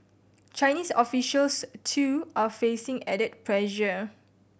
Chinese officials too are facing added pressure